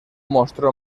mostró